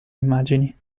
immagini